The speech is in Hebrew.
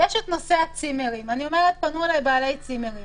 פנו אליי בעלי צימרים.